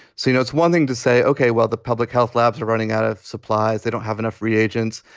so, you know, it's one thing to say, ok, well, the public health labs are running out of supplies. they don't have enough reagents.